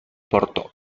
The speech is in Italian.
portò